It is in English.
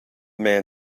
man